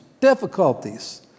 Difficulties